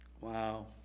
Wow